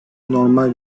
normal